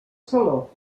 saló